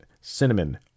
cinnamon